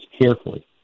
carefully